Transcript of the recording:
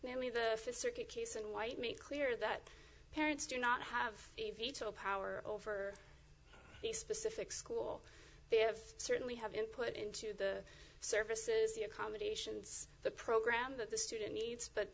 namely the fifth circuit case and white make clear that parents do not have a veto power over the specific school they have certainly have input into the services the accommodations the program that the student needs but